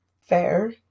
Fair